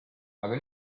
aga